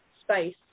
space